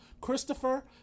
Christopher